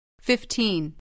Fifteen